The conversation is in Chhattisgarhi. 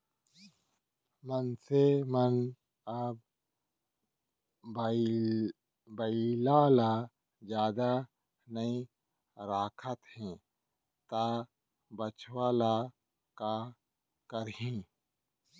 मनसे मन अब बइला ल जादा नइ राखत हें त बछवा ल का करहीं